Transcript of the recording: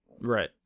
right